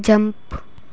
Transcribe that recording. jump